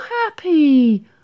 happy